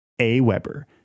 AWeber